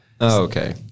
Okay